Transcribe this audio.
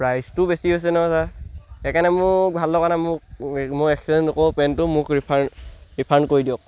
প্ৰাইচটো বেছি হৈছে ন ছাৰ সেইকাৰণে মোক ভাল লগা নাই মোক মই এক্সেঞ্জ নকৰো পেণ্টটো মোক ৰিফাণ্ড ৰিফাণ্ড কৰি দিয়ক